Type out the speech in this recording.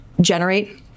generate